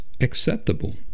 acceptable